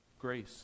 grace